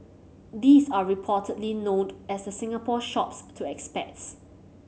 these are reportedly known as the Singapore Shops to expats